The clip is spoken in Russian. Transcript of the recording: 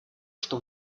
что